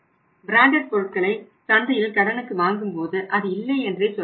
branded பொருட்களை சந்தையில் கடனுக்கு வாங்கும்போது அது இல்லை என்றே சொல்லலாம்